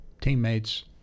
teammates